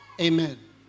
Amen